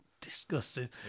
Disgusting